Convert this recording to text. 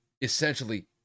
essentially